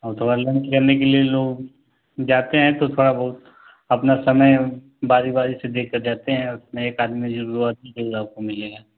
हाँ थोड़ा लंच करने के लिए ये लोग जाते हैं तो थोड़ा बहुत आपन समय बारी बारी से देके जाते हैं उसमें एक आदमी दो आदमी जरूर आपको मिलेगा